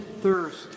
thirst